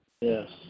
Yes